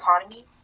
economy